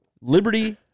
Liberty